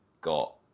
got